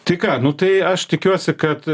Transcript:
tai ką nu tai aš tikiuosi kad